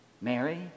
Mary